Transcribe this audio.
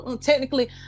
technically